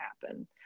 happen